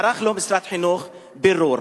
ערך לו משרד החינוך בירור.